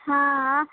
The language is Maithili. हँ